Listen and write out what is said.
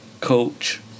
coach